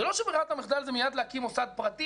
זה לא שברירת המחדל היא מיד להקים מוסד פרטי,